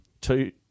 Two